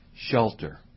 Shelter